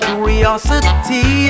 Curiosity